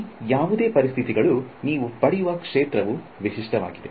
ಈ ಯಾವುದೇ ಪರಿಸ್ಥಿತಿಗಳು ನೀವು ಪಡೆಯುವ ಕ್ಷೇತ್ರವು ವಿಶಿಷ್ಟವಾಗಿದೆ